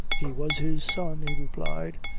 he was his son, he replied,